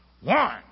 one